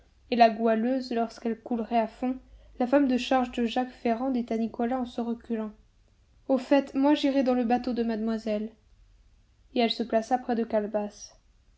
et la goualeuse lorsqu'elle coulerait à fond la femme de charge de jacques ferrand dit à nicolas en se reculant au fait moi j'irai dans le bateau de mademoiselle et elle se plaça près de calebasse